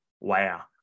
wow